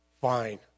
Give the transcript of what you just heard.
fine